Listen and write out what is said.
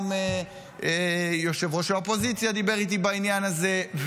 גם ראש האופוזיציה דיבר איתי בעניין הזה,